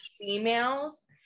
females